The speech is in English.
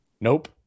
nope